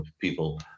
people